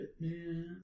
man